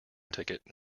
ticket